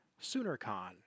SoonerCon